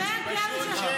פשוט שקר.